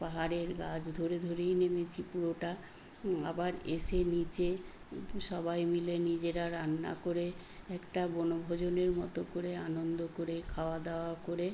পাহাড়ের গাছ ধরে ধরেই নেমেছি পুরোটা আবার এসে নিচে সবাই মিলে নিজেরা রান্না করে একটা বনভোজনের মতো করে আনন্দ করে খাওয়াদাওয়া করে